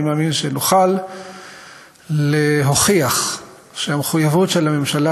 אני מאמין שנוכל להוכיח שהמחויבות של הממשלה